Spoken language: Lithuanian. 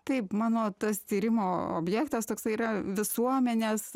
taip mano tas tyrimo objektas tikslai yra visuomenės